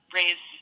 raise